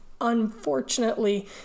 Unfortunately